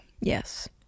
Yes